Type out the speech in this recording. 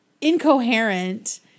incoherent